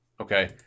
Okay